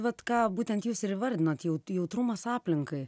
vat ką būtent jūs ir įvardinot jaut jautrumas aplinkai